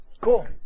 Cool